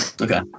Okay